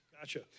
Gotcha